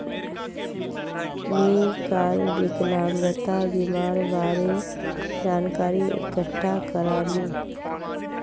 मी काल विकलांगता बीमार बारे जानकारी इकठ्ठा करनु